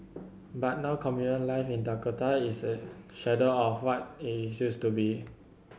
but now communal life in Dakota is a shadow of what it used to be